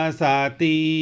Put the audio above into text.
sati